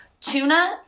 tuna